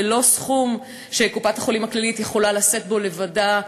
זה לא סכום שקופת-החולים הכללית יכולה לשאת בו לבדה.